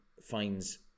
finds